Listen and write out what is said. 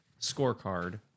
scorecard